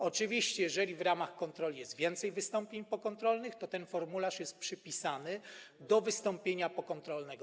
Oczywiście jeżeli w ramach kontroli jest więcej wystąpień pokontrolnych, to ten formularz jest przypisany do wystąpienia pokontrolnego.